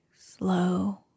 slow